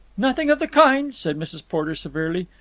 nothing of the kind, said mrs. porter severely.